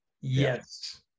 yes